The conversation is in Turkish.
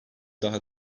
daha